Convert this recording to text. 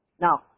Now